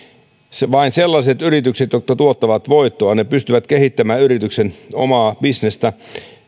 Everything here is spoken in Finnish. vain sellaiset yritykset jotka tuottavat voittoa pystyvät kehittämään yrityksen omaa bisnestä